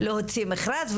להוציא מכרז,